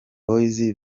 boys